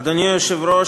אדוני היושב-ראש,